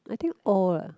I think all uh